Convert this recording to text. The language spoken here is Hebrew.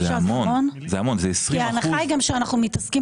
ההנחה כאן היא שאנחנו מתעסקים